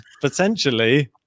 Potentially